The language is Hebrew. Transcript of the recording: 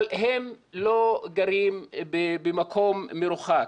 אבל הם לא גרים במקום מרוחק,